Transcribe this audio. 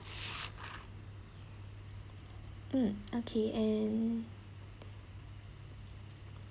mm okay and